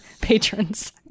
Patrons